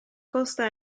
costa